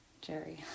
Jerry